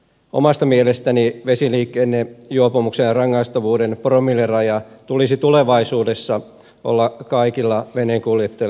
omasta mielestäni vesiliikennejuopumuksen rangaistavuuden promillerajan tulisi tulevaisuudessa olla kaikilla veneenkuljettajilla sama